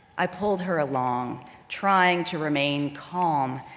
i pulled her along trying to remain calm,